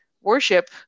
worship